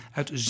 uit